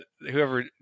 whoever